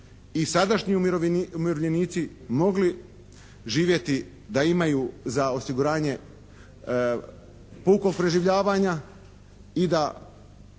i sadašnji umirovljenici mogli živjeti da imaju za osiguranje puko preživljavanja i da